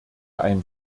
ein